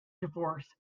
divorce